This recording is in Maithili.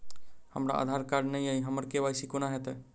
हमरा आधार कार्ड नै अई हम्मर के.वाई.सी कोना हैत?